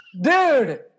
dude